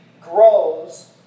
grows